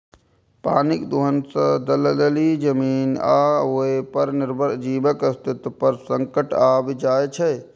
पानिक दोहन सं दलदली जमीन आ ओय पर निर्भर जीवक अस्तित्व पर संकट आबि जाइ छै